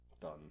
Done